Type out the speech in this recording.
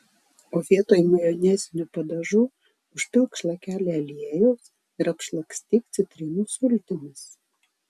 o vietoj majonezinių padažų užpilk šlakelį aliejaus ir apšlakstyk citrinų sultimis